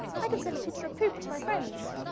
i can send a picture of poop to my friends.